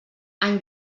any